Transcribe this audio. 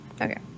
Okay